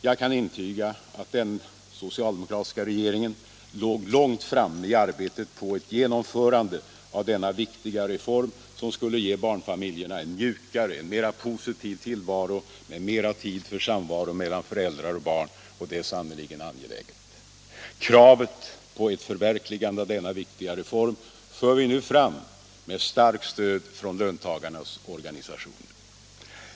Jag kan intyga att den socialdemokratiska regeringen låg långt framme i arbetet på ett genomförande av denna viktiga reform, som skulle ge barnfamiljerna en mjukare och positivare tillvaro med mera tid för samvaro mellan föräldrar och barn. Det är sannerligen angeläget. Kravet på ett förverkligande av denna viktiga reform för vi nu fram med starkt stöd från löntagarnas organisationer.